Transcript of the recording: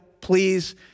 please